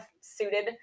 suited